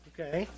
Okay